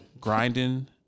Grinding